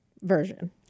version